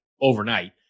overnight